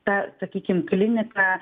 ta sakykim klinika